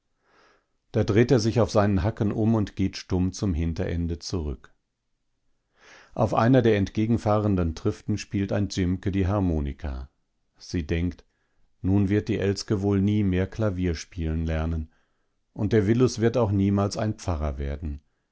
da dreht er sich auf seinen hacken um und geht stumm zum hinterende zurück auf einer der entgegenfahrenden triften spielt ein dzimke die harmonika sie denkt nun wird die elske wohl nie mehr klavier spielen lernen und der willus wird auch niemals ein pfarrer werden